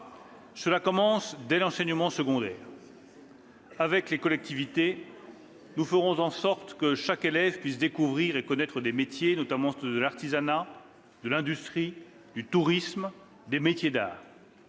Cela commence dès l'enseignement secondaire. Avec les collectivités, nous ferons en sorte que chaque élève puisse découvrir et connaître des métiers, notamment ceux de l'artisanat, de l'industrie, du tourisme, ainsi que les métiers d'art.